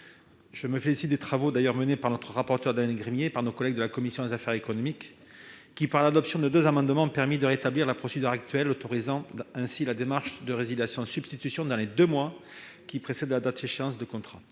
je me réjouis des travaux menés par le rapporteur Daniel Gremillet et les membres de la commission des affaires économiques : l'adoption de deux amendements, ils ont rétabli la procédure actuelle, autorisant ainsi la démarche de résiliation et de substitution dans les deux mois qui précèdent la date d'échéance du contrat.